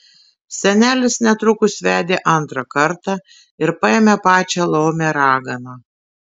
senelis netrukus vedė antrą kartą ir paėmė pačią laumę raganą